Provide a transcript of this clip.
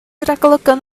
ragolygon